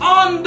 on